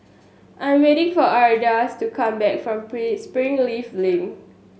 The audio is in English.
I'm waiting for Ardis to come back from Springleaf Link